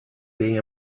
being